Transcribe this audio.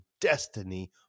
destiny